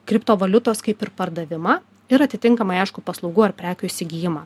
kriptovaliutos kaip ir pardavimą ir atitinkamai aišku paslaugų ar prekių įsigijimą